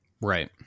Right